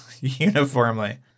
uniformly